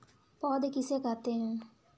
पौध किसे कहते हैं?